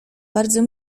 bardzo